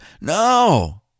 No